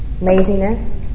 laziness